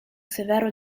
severo